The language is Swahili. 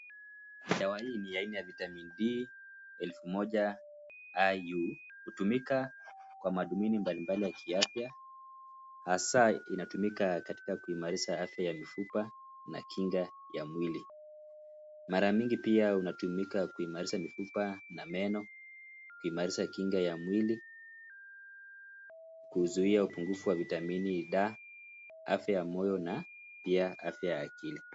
Dawa hii ni aina ya vitamini D 1000 IU hutumika kwa madhumini mbalimbali ya kiafya hasaa inatumika katika kuimarisha afya ya mifupa na Kinga ya mwili. Mara mingi pia unatumika kuimarisha mifupa na meno, kuimarisha Kinga ya mwili, kuzuia upungufu wa vitamini D, afya ya meno na pia afya ya akili.